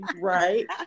Right